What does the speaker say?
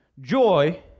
Joy